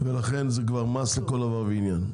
לכן, זה כבר מס לכל דבר ועניין.